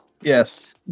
Yes